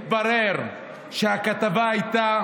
התברר שהכתבה הייתה